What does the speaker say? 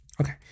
Okay